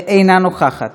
אינה נוכחת.